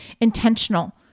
intentional